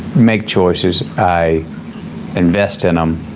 make choices. i invest in em.